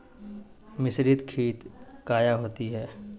मिसरीत खित काया होती है?